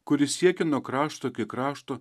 kuri siekia nuo krašto iki krašto